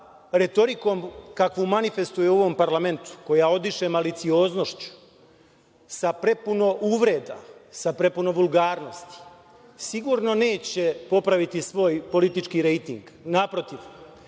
retorikom kakvu manifestuje u ovom parlamentu, koja odiše malicioznošću, sa prepuno uvreda, sa prepuno vulgarnosti, sigurno neće popraviti svoj politički rejting, naprotiv.